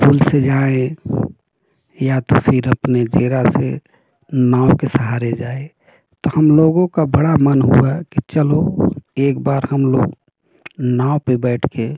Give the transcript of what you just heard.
पुल से जाएँ या तो फिर अपने जेरा से नाव के सहारे जाए तो हम लोगों का बड़ा मन हुआ कि चलो एक बार हम लोग नाव पर बैठ कर